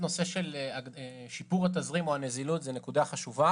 כמו ששמעתם היטב, הבנקים לא מתחשבים בנו.